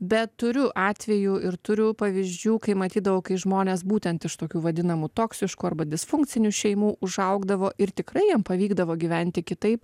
bet turiu atvejų ir turiu pavyzdžių kai matydavau kai žmonės būtent iš tokių vadinamų toksiškų arba disfunkcinių šeimų užaugdavo ir tikrai jiem pavykdavo gyventi kitaip